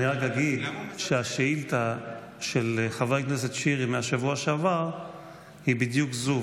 אני רק אגיד שהשאילתה של חבר הכנסת שירי מהשבוע שעבר היא בדיוק זו,